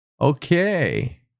Okay